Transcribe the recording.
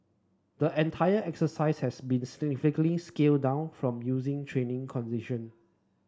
the entire exercise has been significantly scaled down from using training condition